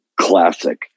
classic